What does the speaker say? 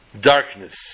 Darkness